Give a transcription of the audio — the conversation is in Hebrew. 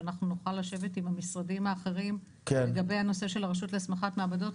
שאנחנו נוכל לשבת עם המשרדים האחרים לגבי הנושא של הרשות להסמכת מעבדות,